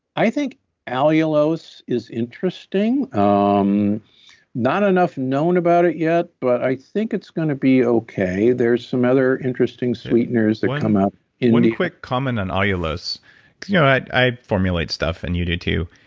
i think allulose is interesting. um not enough known about it yet, but i think it's going to be okay. there's some other interesting sweeteners that come up in one quick comment on allulose, because you know i i formulate stuff and you do too.